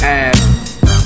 ass